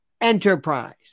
enterprise